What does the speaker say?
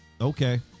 Okay